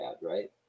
right